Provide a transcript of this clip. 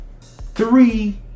three